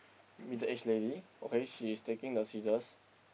middle-aged lady okay she is taking the scissors